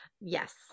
Yes